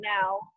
now